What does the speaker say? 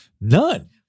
None